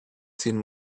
sin